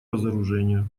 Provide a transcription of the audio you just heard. разоружению